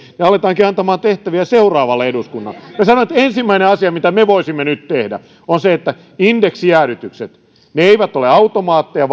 aletaankin antamaan tehtäviä seuraavalle eduskunnalle minä sanon että ensimmäinen asia mitä me voisimme nyt tehdä on se että indeksijäädytykset eivät ole automaatteja